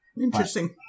Interesting